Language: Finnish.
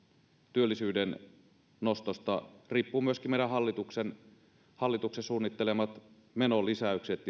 työllisyyden nostosta riippuu myöskin meidän hallituksen suunnittelemat menolisäykset